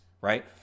right